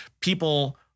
people